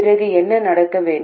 பிறகு என்ன நடக்க வேண்டும்